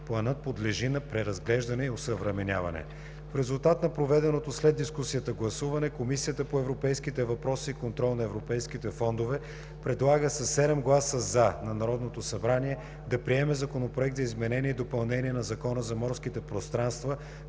планът подлежи на преразглеждане и осъвременяване. В резултат на проведеното след дискусията гласуване, Комисията по европейските въпроси и контрол на европейските фондове със 7 гласа „за” предлага на Народното събрание да приеме Законопроект за изменение и допълнение на Закона за морските пространства,